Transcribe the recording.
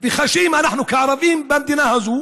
שאנחנו כערבים במדינה הזו